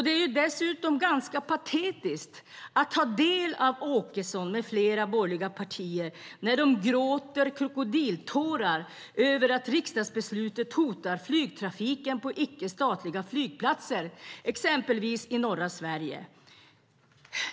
Det är dessutom ganska patetiskt när Åkesson och flera andra från borgerliga partier gråter krokodiltårar över att riksdagsbeslutet hotar flygtrafiken på icke-statliga flygplatser, exempelvis i norra Sverige.